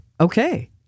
Okay